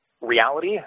reality